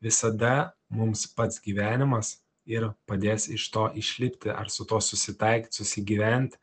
visada mums pats gyvenimas ir padės iš to išlipti ar su tuo susitaikyt susigyvent